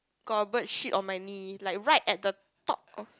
got a bird shit on my knee like right at the top of